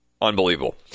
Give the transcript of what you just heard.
unbelievable